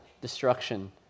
destruction